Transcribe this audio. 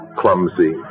clumsy